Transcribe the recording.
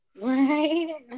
Right